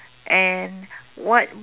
and what